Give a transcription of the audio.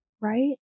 right